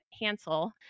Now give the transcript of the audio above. Hansel